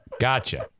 gotcha